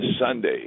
Sunday